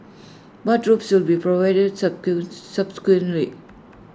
bathrobes will be provided subsequently